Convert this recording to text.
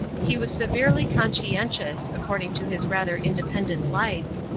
he was severely conscientious, according to his rather independent lights,